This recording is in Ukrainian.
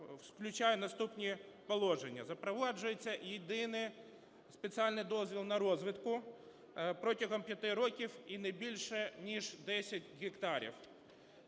включає наступні положення. Запроваджується єдиний спеціальний дозвіл на розвідку протягом п'яти років і не більше, ніж 10 гектарів.